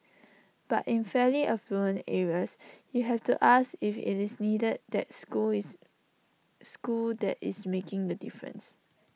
but in fairly affluent areas you have to ask if IT is indeed the school is school that is making the difference